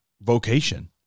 vocation